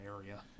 area